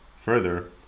Further